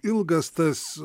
ilgas tas